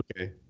Okay